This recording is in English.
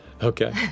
Okay